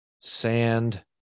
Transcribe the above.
sand